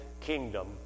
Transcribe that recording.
kingdom